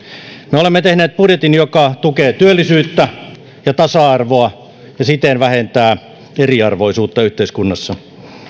me olemme tehneet budjetin joka tukee työllisyyttä ja tasa arvoa ja siten vähentää eriarvoisuutta yhteiskunnassa